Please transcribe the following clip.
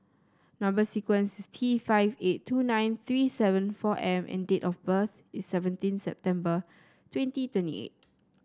number sequence is T five eight two nine three seven four M and date of birth is seventeen September twenty twenty eight